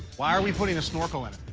why are we putting a snorkel in it?